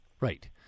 Right